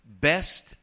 best